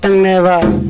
ah morale